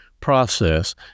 process